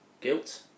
Guilt